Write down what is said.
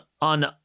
on